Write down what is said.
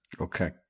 Okay